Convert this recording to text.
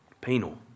Penal